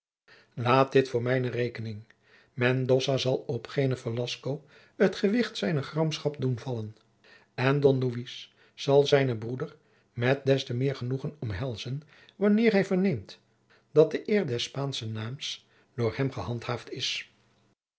laat dit voor mijne rekening mendoza zal op geenen velasco het gewicht zijner gramschap doen vallen en don louis zal zijnen broeder met des te meer genoegen omhelzen wanneer hij verneemt dat de eer des spaanschen naams door hem gehandhaafd is